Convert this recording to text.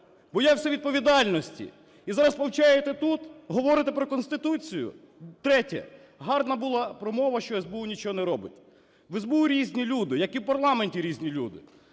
боявся відповідальності. І зараз повчаєте тут? Говорите про Конституцію!? Третє. Гарна була промова, що СБУ нічого не робить. В СБУ різні люди, як і в парламенті різні люди.